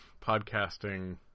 Podcasting